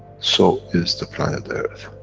so is the planet earth,